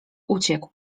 uciekł